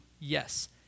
Yes